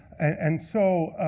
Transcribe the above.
and so,